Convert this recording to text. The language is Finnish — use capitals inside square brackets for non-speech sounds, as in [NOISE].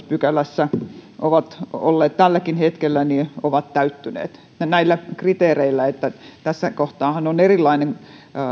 [UNINTELLIGIBLE] pykälässä ovat olleet tälläkin hetkellä ovat täyttyneet siis näillä kriteereillä eli tässä kohtaahan on erilainen